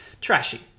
trashy